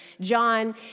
John